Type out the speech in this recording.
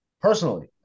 personally